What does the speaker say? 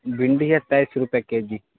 بھنڈی ہے تیئیس روپئے کے جی